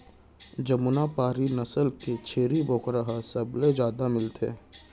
जमुना पारी नसल के छेरी बोकरा ह सबले जादा मिलथे